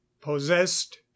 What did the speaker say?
possessed